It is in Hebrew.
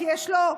כי יש לו,